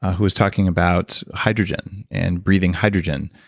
who was talking about hydrogen, and breathing hydrogen.